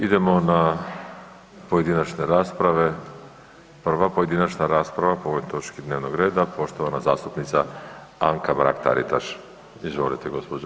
Idemo na pojedinačne rasprave, prva pojedinačna rasprava po ovoj točki dnevnog reda poštovana zastupnica Anka Mrak-Taritaš, izvolite gđo.